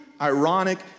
ironic